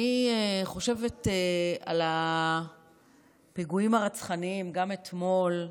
אני חושבת על הפיגועים הרצחניים גם אתמול,